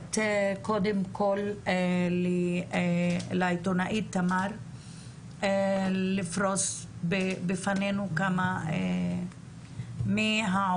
לתת קודם כל לעיתונאית תמר לפרוס בפנינו כמה מהעובדות